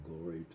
glory